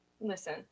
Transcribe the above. Listen